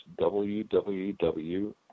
www